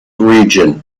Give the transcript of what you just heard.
region